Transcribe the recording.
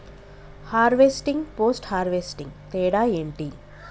Harvesting, post harvesting తేడా ఏంటి?